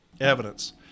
evidence